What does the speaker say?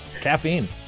Caffeine